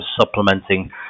supplementing